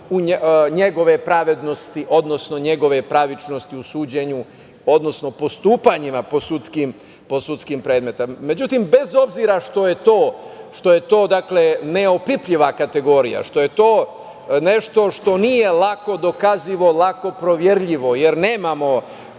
njegove pravednosti, odnosno njegove pravičnosti u suđenju, odnosno postupanjima po sudskim predmetima.Međutim, bez obzira što je to neopipljiva kategorija, što je to nešto što nije lako dokazivo, lako proverljivo, jer nemamo